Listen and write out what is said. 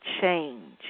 change